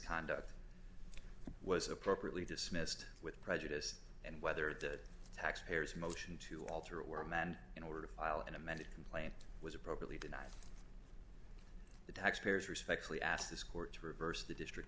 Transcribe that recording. conduct was appropriately dismissed with prejudice and whether the taxpayer's motion to alter or amend in order to file an amended complaint was appropriately denied the taxpayer's respectfully asked this court to reverse the district